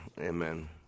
Amen